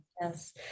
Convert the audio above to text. Yes